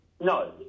no